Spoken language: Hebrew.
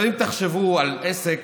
אם תחשבו על עסק